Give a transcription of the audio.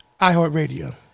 iHeartRadio